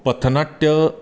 पथनाट्य